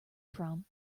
from